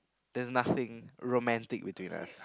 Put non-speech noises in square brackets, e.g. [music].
there's nothing [breath] romantic between us